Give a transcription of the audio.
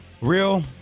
Real